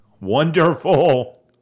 wonderful